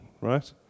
right